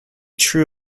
true